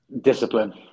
discipline